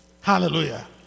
Hallelujah